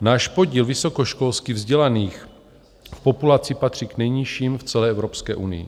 Náš podíl vysokoškolsky vzdělaných v populaci patří k nejnižším v celé Evropské unii.